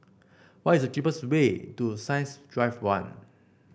what is the cheapest way to Science Drive One